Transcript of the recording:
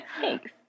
Thanks